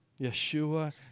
Yeshua